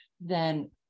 then-